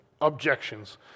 objections